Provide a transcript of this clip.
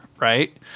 right